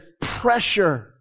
pressure